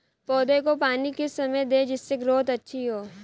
पौधे को पानी किस समय दें जिससे ग्रोथ अच्छी हो?